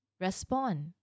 respond